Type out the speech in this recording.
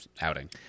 outing